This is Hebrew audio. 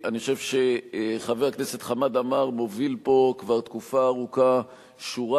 אני חושב שחבר הכנסת חמד עמאר מוביל פה כבר תקופה ארוכה שורה